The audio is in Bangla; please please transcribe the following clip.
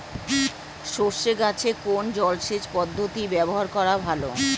সরষে গাছে কোন জলসেচ পদ্ধতি ব্যবহার করা ভালো?